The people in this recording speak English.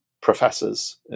professors